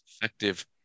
effective